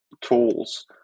tools